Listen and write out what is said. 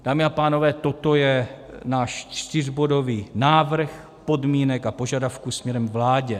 Dámy a pánové, toto je náš čtyřbodový návrh podmínek a požadavků směrem k vládě.